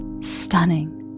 stunning